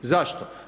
Zašto?